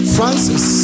Francis